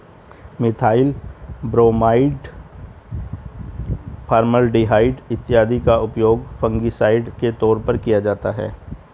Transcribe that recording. methyl bromide, formaldehyde इत्यादि का उपयोग फंगिसाइड के तौर पर किया जाता है